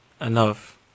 enough